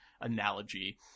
analogy